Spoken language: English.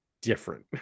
different